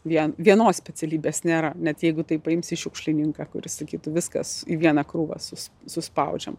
vien vienos specialybės nėra net jeigu taip paimsi šiukšlininką kuris sakytų viskas į vieną krūvą sus suspaudžiam